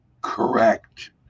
correct